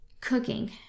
Cooking